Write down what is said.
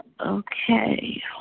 Okay